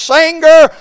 singer